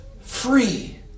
free